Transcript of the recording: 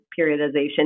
periodization